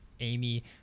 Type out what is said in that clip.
amy